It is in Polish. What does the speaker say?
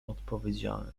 odpowiedziałem